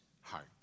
heart